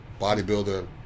bodybuilder